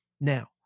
Now